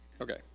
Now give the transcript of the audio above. Okay